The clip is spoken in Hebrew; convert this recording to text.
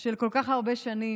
של כל כך הרבה שנים,